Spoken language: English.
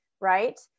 right